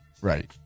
Right